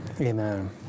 Amen